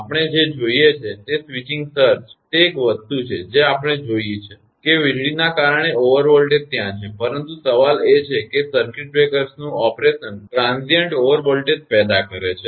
આપણે જે જોઈએ છીએ તે સ્વિચિંગ સર્જ તે એક વસ્તુ છે જે આપણે જોઇ છે કે વીજળીને કારણે ઓવર વોલ્ટેજ ત્યાં છે પરંતુ સવાલ એ છે કે સર્કિટ બ્રેકર્સનું ઓપરેશન ટ્રાંઝિઇન્ટ ઓવર વોલ્ટેજ પેદા કરે છે